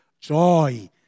joy